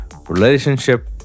relationship